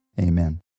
amen